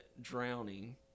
drowning